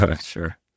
Sure